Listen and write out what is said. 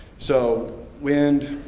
so wind,